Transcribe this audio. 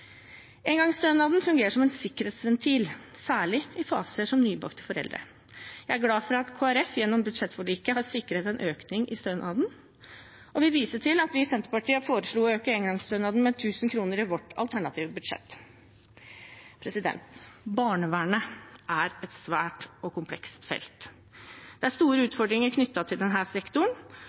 Engangsstønaden fungerer som en sikkerhetsventil, særlig i fasen som nybakte foreldre. Jeg er glad for at Kristelig Folkeparti gjennom budsjettforliket har sikret en økning i stønaden, og vil vise til at vi i Senterpartiet foreslo å øke engangsstønaden med 1 000 kr i vårt alternative budsjett. Barnevernet er et svært og komplekst felt. Det er store utfordringer knyttet til denne sektoren.